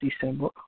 December